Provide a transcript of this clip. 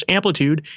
Amplitude